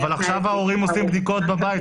אבל עכשיו ההורים עושים בדיקות בבית.